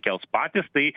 kels patys tai